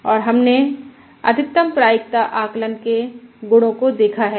और हमने अधिकतम प्रायिकता आकलन के गुणों को देखा है